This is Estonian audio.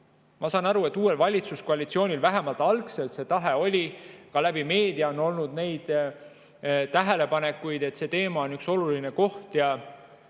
Ma saan aru, et uuel valitsuskoalitsioonil vähemalt algselt see tahe oli. Ka meedias on olnud tähelepanekuid, et see teema on oluline. Nii nagu